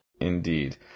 Indeed